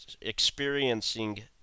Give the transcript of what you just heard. experiencing